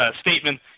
statement